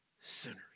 sinners